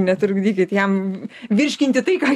netrukdykit jam virškinti tai ką